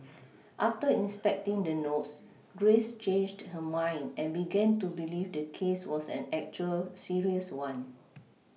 after inspecting the notes Grace changed her mind and began to believe the case was an actual serious one